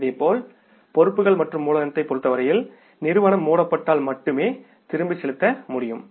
இதேபோல் பொறுப்புகள் மற்றும் மூலதனத்தைப் பொறுத்தவரையில் நிறுவனம் மூடப்பட்டால் மட்டுமே திருப்பிச் செலுத்த முடியும்